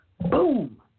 boom